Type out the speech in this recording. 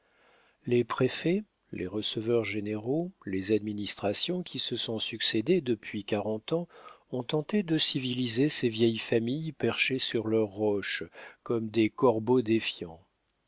les préfets les receveurs généraux les administrations qui se sont succédé depuis quarante ans ont tenté de civiliser ces vieilles familles perchées sur leur roche comme des corbeaux défiants